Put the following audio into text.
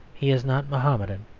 he is not mahomedan.